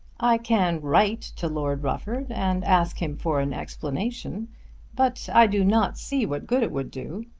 i can write to lord rufford and ask him for an explanation but i do not see what good it would do.